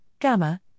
Gamma